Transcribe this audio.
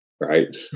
Right